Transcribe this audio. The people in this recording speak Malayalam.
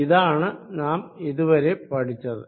ഇതാണ് നാം ഇതു വരെ പഠിച്ചത്